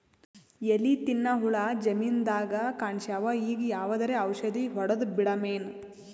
ಎಲಿ ತಿನ್ನ ಹುಳ ಜಮೀನದಾಗ ಕಾಣಸ್ಯಾವ, ಈಗ ಯಾವದರೆ ಔಷಧಿ ಹೋಡದಬಿಡಮೇನ?